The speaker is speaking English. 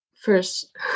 first